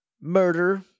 murder